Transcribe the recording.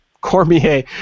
Cormier